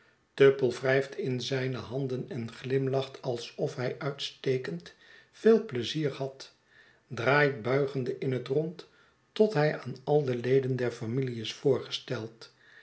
tupple wrijft in zyne handen en glimlacht alsof hij uitstekend veel pleizier had draait buigende in het rond tot hij aan al de leden der familie is voorgesteld